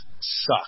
suck